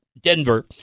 Denver